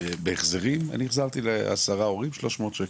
אני החזרתי לעשרה הורים 300 שקלים.